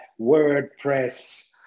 WordPress